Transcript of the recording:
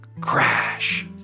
Crash